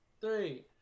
three